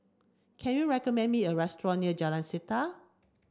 can you recommend me a restaurant near Jalan Setia